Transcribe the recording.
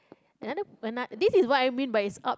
another this is what I mean by it's up